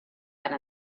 tant